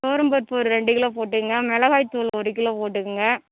துவரம் பருப்பு ஒரு ரெண்டு கிலோ போட்டுக்கங்க மிளகாய் தூள் ஒரு கிலோ போட்டுக்கங்க